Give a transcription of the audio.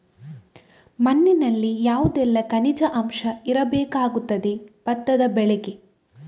ಮಣ್ಣಿನಲ್ಲಿ ಯಾವುದೆಲ್ಲ ಖನಿಜ ಅಂಶ ಇರಬೇಕಾಗುತ್ತದೆ ಭತ್ತದ ಬೆಳೆಗೆ?